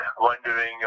wondering